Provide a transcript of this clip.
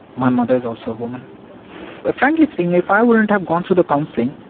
my mother is also a woman. ah frankly speaking if i wouldn't have gone to the counselling